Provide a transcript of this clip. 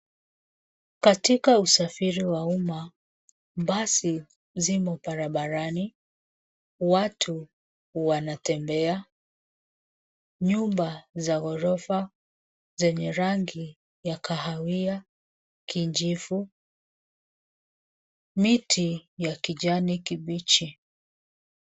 Katika usafiri wa umma, basi zimo barabarani, watu wanatembea, nyumba za ghorofa zenye rangi ya kahawia kijivu, miti ya kijani kibichi.